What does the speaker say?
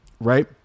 right